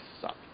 suck